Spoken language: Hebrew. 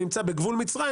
נצטרך להפסיק עם זה.